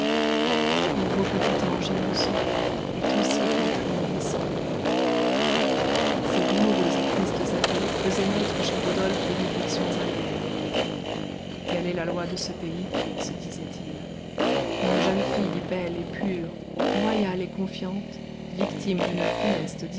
pauvre petit ange innocent est aussi flétrie en naissant ces douloureux et tristes aveux faisaient naître chez rodolphe des réflexions amères telle est la loi de ce pays se disait-il une jeune fille belle et pure loyale et confiante victime d'une funeste